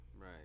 Right